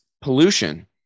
pollution